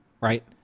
Right